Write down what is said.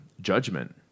judgment